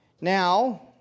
Now